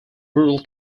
rural